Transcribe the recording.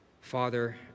Father